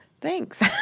Thanks